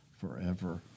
forever